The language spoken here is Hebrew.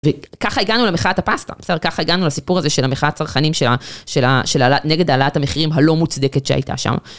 וככה הגענו למחאת הפסטה, בסדר? ככה הגענו לסיפור הזה של המחאת צרכנים שלה, של ה... נגד העלאת המחירים הלא מוצדקת שהייתה שם.